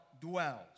dwells